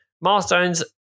Milestones